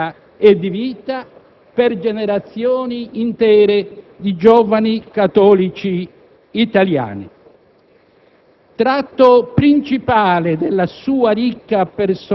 maestro indimenticabile di democrazia e di vita per generazioni intere di giovani cattolici italiani.